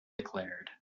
declared